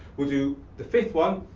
we'll do the fifth one,